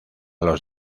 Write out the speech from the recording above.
los